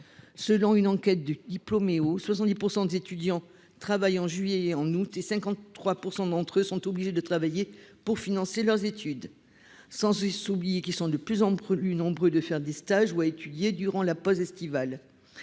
Selon une enquête menée par Diplomeo, 70 % des étudiants travaillent en juillet et en août et 53 % d'entre eux sont obligés de travailler pour financer leurs études. En outre, ils sont de plus en plus nombreux à faire des stages ou à étudier durant la pause estivale